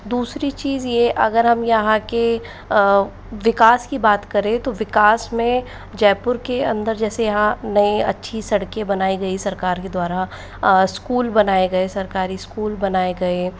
दुसरी चीज़ यह अगर हम यहाँ के विकास की बात करें तो विकास में जयपुर के अंदर जैसे यहाँ नई अच्छी सड़कें बनाई गई सरकार के द्वारा स्कूल बनाए गए सरकारी स्कूल बनाए गए